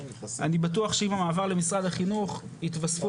אני בטוח שעם המעבר למשרד החינוך יתווספו